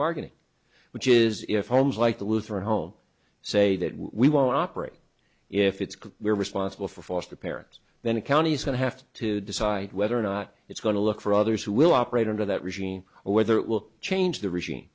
bargaining which is if homes like the lutheran home say that we won't operate if it's good we're responsible for foster parents then a county is going to have to decide whether or not it's going to look for others who will operate under that regime or whether it will change the regime